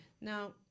Now